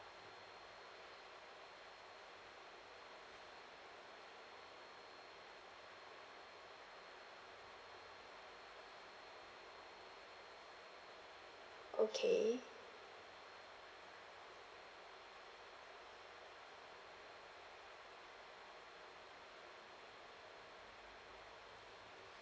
okay